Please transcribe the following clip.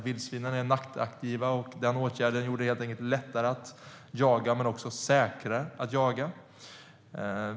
Vildsvinen är nattaktiva, och den åtgärden gjorde det helt enkelt lättare att jaga men också säkrare att jaga.